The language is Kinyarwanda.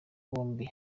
bombi